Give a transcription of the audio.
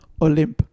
Olymp